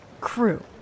Crew